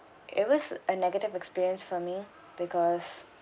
it was a negative experience for me because